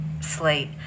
slate